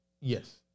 Yes